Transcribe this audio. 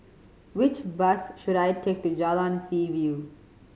which bus should I take to Jalan Seaview